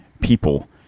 people